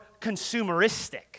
consumeristic